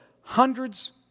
hundreds